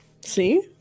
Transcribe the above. See